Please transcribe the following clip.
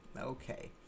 Okay